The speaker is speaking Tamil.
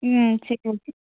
ம் சரி ஓகே